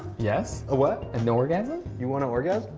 yes. a what? an orgasm. you want to orgasam?